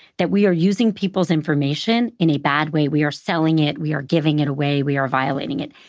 that we are using people's information in a bad way, we are selling it, we are giving it away, we are violating it.